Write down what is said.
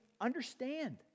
understand